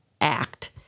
act